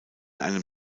einem